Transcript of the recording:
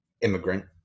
immigrant